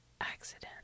accident